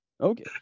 Okay